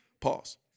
Pause